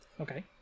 okay